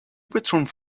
returned